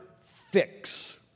fix